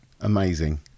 amazing